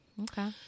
Okay